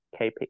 KP